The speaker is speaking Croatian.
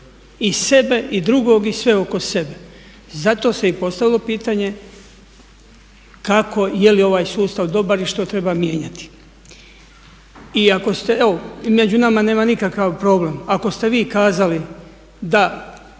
i sebe i drugog i sve oko sebe. Zato se i postavilo pitanje kako, je li ovaj sustav dobar i što treba mijenjati. I ako ste, evo među nama nema nikakav problem. Ako ste vi kazali da